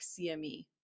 CME